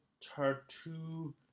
Tartu